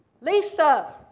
Lisa